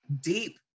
deep